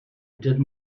done